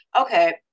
okay